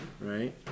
Right